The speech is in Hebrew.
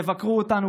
תבקרו אותנו,